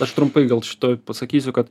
aš trumpai gal šitoj pasakysiu kad